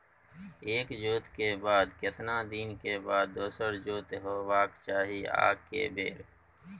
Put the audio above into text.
एक जोत के बाद केतना दिन के बाद दोसर जोत होबाक चाही आ के बेर?